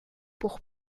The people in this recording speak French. pour